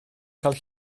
cael